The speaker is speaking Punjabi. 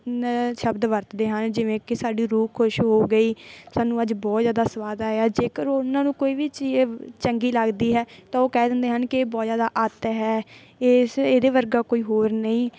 ਨਵੇਂ ਸ਼ਬਦ ਵਰਤਦੇ ਹਾਂ ਜਿਵੇਂ ਕਿ ਸਾਡੇ ਰੂਹ ਖੁਸ਼ ਹੋ ਗਈ ਸਾਨੂੰ ਅੱਜ ਬਹੁਤ ਜ਼ਿਆਦਾ ਸੁਆਦ ਆਇਆ ਜੇਕਰ ਉਹਨਾਂ ਨੂੰ ਕੋਈ ਵੀ ਚੀਜ਼ ਚੰਗੀ ਲੱਗਦੀ ਹੈ ਤਾਂ ਉਹ ਕਹਿ ਦਿੰਦੇ ਹਨ ਕਿ ਬਹੁਤ ਜ਼ਿਆਦਾ ਅੱਤ ਹੈ ਇਸ ਇਹਦੇ ਵਰਗਾ ਕੋਈ ਹੋਰ ਨਹੀਂ